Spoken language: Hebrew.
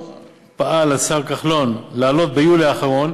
שהשר כחלון פעל להעלות ביולי האחרון,